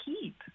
keep